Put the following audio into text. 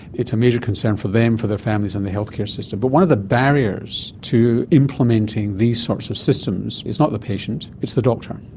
it's a major concern for them, for their families and the healthcare system. but one of the barriers to implementing these sorts of systems is not the patient, it's the doctor.